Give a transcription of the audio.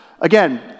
again